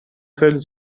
خیلی